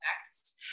next